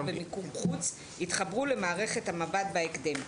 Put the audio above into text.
במיקור חוץ יתחברו למערכת המב"ד בהקדם.